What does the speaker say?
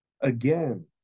again